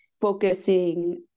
focusing